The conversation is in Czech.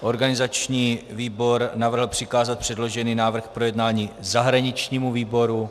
Organizační výbor navrhl přikázat předložený návrh k projednání zahraničnímu výboru.